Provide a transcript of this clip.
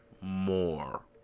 more